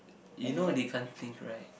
you know they can't think right